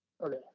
Okay